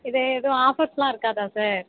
இது எதுவும் ஆஃபர்ஸ்லாம் இருக்காதா சார்